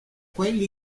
quelli